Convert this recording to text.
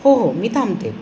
हो हो मी थांबते